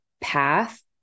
path